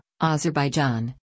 Azerbaijan